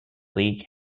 league